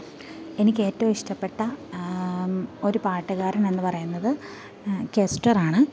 എനിക്ക് ഏറ്റവും ഇഷ്ടപ്പെട്ട ഒരു പാട്ടുകാരൻ എന്നു പറയുന്നത് കെസ്റ്ററാണ്